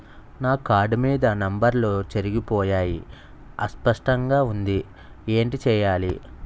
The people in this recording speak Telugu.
నా కార్డ్ మీద నంబర్లు చెరిగిపోయాయి అస్పష్టంగా వుంది ఏంటి చేయాలి?